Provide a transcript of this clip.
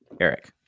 Eric